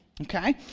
okay